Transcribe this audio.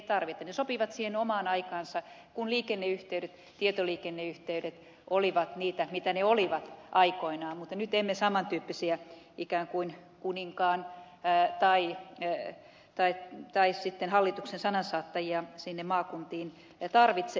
ne sopivat siihen omaan aikaansa kun liikenneyhteydet tietoliikenneyhteydet olivat sellaiset kuin ne olivat aikoinaan mutta nyt emme saman tyyppisiä ikään kuin kuninkaan tai sitten hallituksen sanansaattajia sinne maakuntiin tarvitse